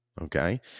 okay